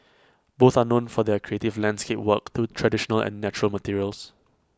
both are known for their creative landscape work through traditional and natural materials